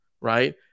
right